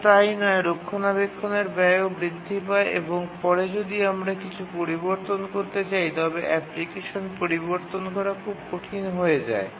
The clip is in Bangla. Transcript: শুধু তাই নয় রক্ষণাবেক্ষণের ব্যয়ও বৃদ্ধি পায় এবং পরে যদি আমরা কিছু পরিবর্তন করতে চাই তবে অ্যাপ্লিকেশন পরিবর্তন করা খুব কঠিন হয়ে যায়